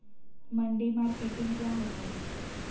मंडी मार्केटिंग क्या होता है?